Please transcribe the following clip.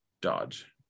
Dodge